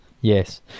Yes